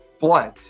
blunt